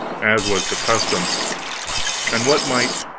as was the custom and what might